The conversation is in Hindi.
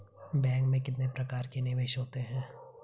बैंक में कितने प्रकार के निवेश होते हैं?